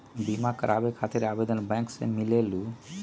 बिमा कराबे खातीर आवेदन बैंक से मिलेलु?